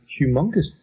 humongous